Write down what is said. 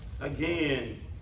Again